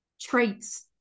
traits